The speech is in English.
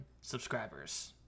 subscribers